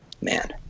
man